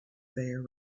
there